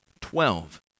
twelve